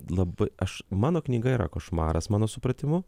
labai aš mano knyga yra košmaras mano supratimu